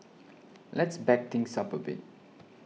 let's back things up a bit